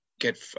get